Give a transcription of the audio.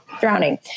drowning